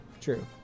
true